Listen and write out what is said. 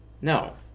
No